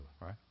right